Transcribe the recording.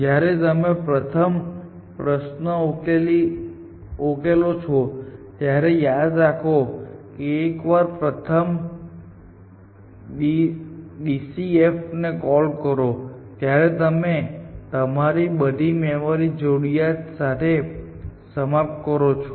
જ્યારે તમે પ્રથમ પ્રશ્ન ઉકેલી લો છો ત્યારે યાદ રાખો કે એકવાર તમે પ્રથમ ડીસીએફને કોલ કરો છો ત્યારે તમે તમારી બધી મેમરી ની જરૂરિયાતો સાથે સમાપ્ત કરો છો